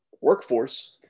workforce